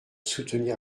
soutenir